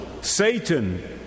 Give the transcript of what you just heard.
Satan